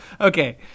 Okay